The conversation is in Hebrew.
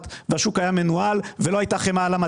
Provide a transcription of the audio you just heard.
והשוק היה מנוהל ולא היתה חמאה על המדפים.